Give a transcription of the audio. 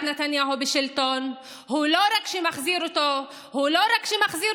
נתניהו בשלטון לא רק מחזיר אותו מהחלון,